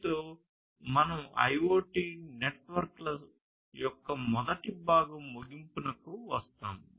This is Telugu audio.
దీనితో మనం IoT నెట్వర్క్ల యొక్క మొదటి భాగం ముగింపుకు వస్తాము